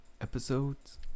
episodes